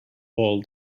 all